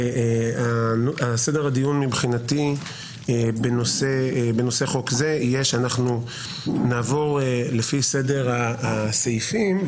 וסדר הדיון מבחינתי בנושא חוק זה יהיה שאנחנו נעבור לפי סדר הסעיפים,